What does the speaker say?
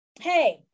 Hey